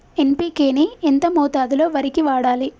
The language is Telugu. ఎన్.పి.కే ని ఎంత మోతాదులో వరికి వాడాలి?